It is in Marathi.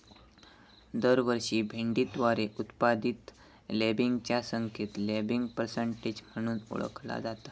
दरवर्षी भेंडीद्वारे उत्पादित लँबिंगच्या संख्येक लँबिंग पर्सेंटेज म्हणून ओळखला जाता